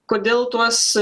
kodėl tuos